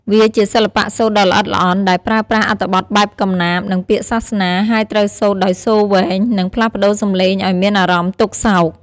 វាជាសិល្បៈសូត្រដ៏ល្អិតល្អន់ ដែលប្រើប្រាស់អត្ថបទបែបកំណាព្យ និងពាក្យសាសនា ហើយត្រូវសូត្រដោយសូរវែង និងផ្លាស់ប្ដូរសំឡេងឲ្យមានអារម្មណ៍ទុក្ខសោក។